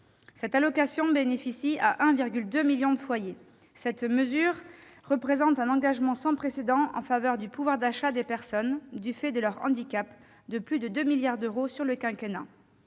Cette allocation bénéficie à 1,2 million de foyers. Cette mesure représente un engagement sans précédent en faveur du pouvoir d'achat des personnes éloignées du marché du travail du fait de leur handicap : plus de 2 milliards d'euros sur le quinquennat.